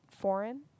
foreign